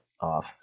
off